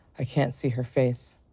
i can't see her face.